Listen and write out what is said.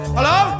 Hello